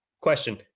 Question